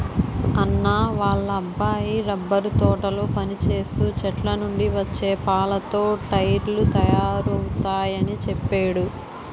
అన్నా వాళ్ళ అబ్బాయి రబ్బరు తోటలో పనిచేస్తూ చెట్లనుండి వచ్చే పాలతో టైర్లు తయారవుతయాని చెప్పేడు